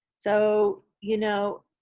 so, you know,